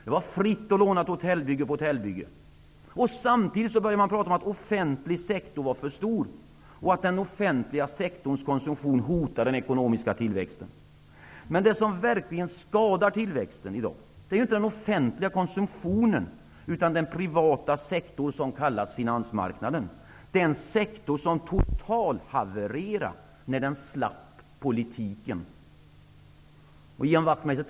Det var fritt att låna till hotellbygge på hotellbygge. Samtidigt började man prata om att den offentliga sektorn var för stor och att den offentliga sektorns konsumtion hotade den ekonomiska tillväxten. Men det som verkligen skadar tillväxten är i dag inte den offentliga konsumtionen utan den privata sektor som kallas finansmarknaden, den sektor som totalhavererade när den slapp politiken. Ian Wachtmeister!